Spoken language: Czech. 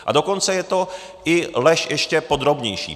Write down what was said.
A dokonce je to i lež ještě podrobnější.